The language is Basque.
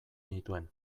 nituen